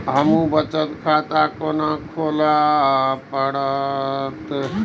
हमू बचत खाता केना खुलाबे परतें?